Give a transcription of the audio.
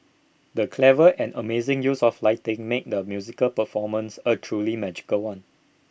the clever and amazing use of lighting made the musical performance A truly magical one